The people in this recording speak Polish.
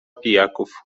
pijaków